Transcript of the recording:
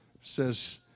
says